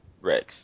Rex